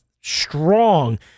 strong